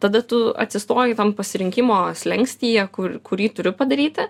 tada tu atsistoji tam pasirinkimo slenkstyje kur kurį turiu padaryti